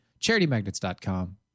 CharityMagnets.com